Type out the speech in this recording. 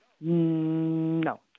No